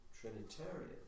Trinitarian